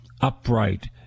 upright